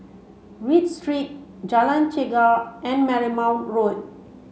Read Street Jalan Chegar and Marymount Road